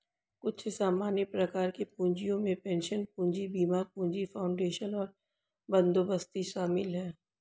कुछ सामान्य प्रकार के पूँजियो में पेंशन पूंजी, बीमा पूंजी, फाउंडेशन और बंदोबस्ती शामिल हैं